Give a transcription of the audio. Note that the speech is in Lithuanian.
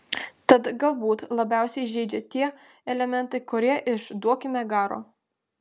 tad galbūt labiausiai žeidžia tie elementai kurie iš duokime garo